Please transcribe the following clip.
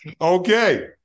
Okay